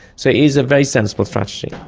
so it is a very sensible strategy.